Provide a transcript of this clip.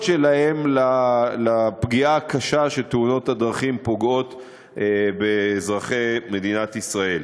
שלהם לפגיעה הקשה שתאונות הדרכים פוגעות באזרחי מדינת ישראל.